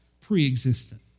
preexistent